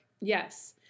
Yes